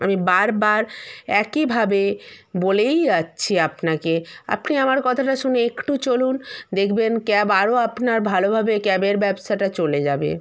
আমি বারবার একইভাবে বলেই যাচ্ছি আপনাকে আপনি আমার কথাটা শুনে একটু চলুন দেখবেন ক্যাব আরো আপনার ভালোভাবে ক্যাবের ব্যবসাটা চলে যাবে